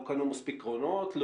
לא קנו מספיק קרונות?